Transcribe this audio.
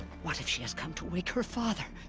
what if she has come to wake her father.